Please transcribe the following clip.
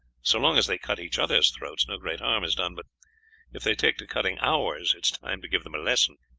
so long as they cut each other's throats no great harm is done, but if they take to cutting ours it is time to give them a lesson.